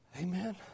Amen